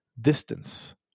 distance